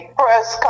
press